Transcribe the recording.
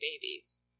babies